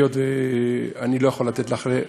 היות שאני לא יכול לתת לך,